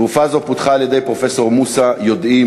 תרופה זו פותחה על-ידי פרופסור מוסא יודעים,